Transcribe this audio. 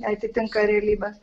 neatitinka realybės